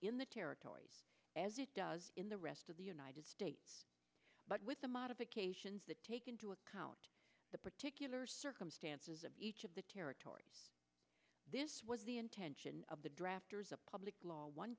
in the territories as it does in the rest of the united states but with the modifications that take into account the particular circumstances of each of the territories this was the intention of the drafters of public law one